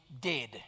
dead